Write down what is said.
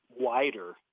wider